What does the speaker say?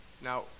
Now